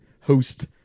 host